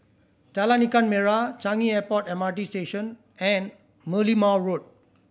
Jalan Ikan Merah Changi Airport M R T Station and Merlimau Road